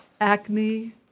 Acne